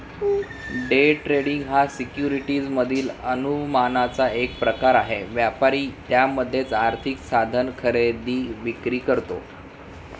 day trading हा securities मधील अनुमानाचा एक प्रकार आहे, व्यापारी त्यामध्येच आर्थिक साधन खरेदी विक्री करतो